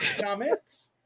Comments